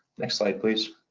next slide, please.